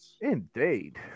Indeed